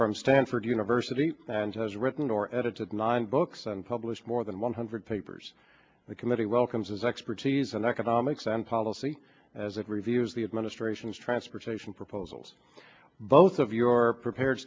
from stanford university and has written or edited nine books and published more than one hundred papers the committee welcomes his expertise on economics and policy as it reviews the administration's transportation proposals both of your prepared